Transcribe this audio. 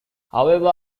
however